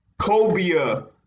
Cobia